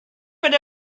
bod